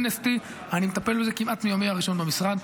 אמנסטי, אני מטפל בזה כמעט מיומי הראשון במשרד,